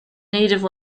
native